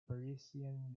parisian